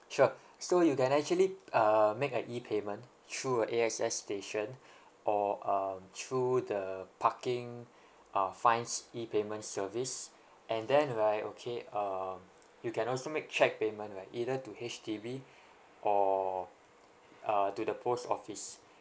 sure so you can actually uh make a E payment through a A_X_S station or um through the parking uh fines E payment service and then right okay um you can also make cheque payment right either to H_D_B or uh to the post office